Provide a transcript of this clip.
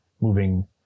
moving